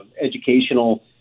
educational